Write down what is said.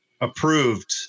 approved